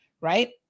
right